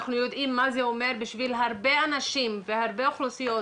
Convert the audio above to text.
אנחנו יודעים מה זה אומר בשביל הרבה אנשים והרבה אוכלוסיות,